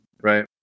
Right